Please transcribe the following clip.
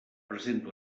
presenta